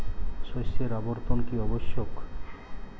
শস্যের আবর্তন কী আবশ্যক?